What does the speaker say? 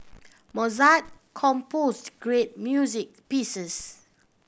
Mozart compose great music pieces